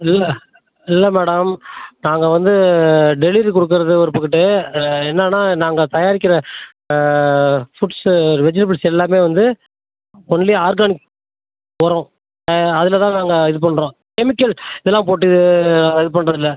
இல்லை இல்லை மேடம் நாங்கள் வந்து டெலிவரி கொடுக்கறது ஒரு பக்குட்டு என்னென்னா நாங்கள் தயாரிக்கிற ஃபுட்ஸு வெஜிடபுள்ஸ் எல்லாமே வந்து ஒன்லி ஆர்கானிக் உரம் அதில் தான் நாங்கள் இது பண்ணுறோம் கெமிக்கல் இதெல்லாம் போட்டு அது பண்றதில்லை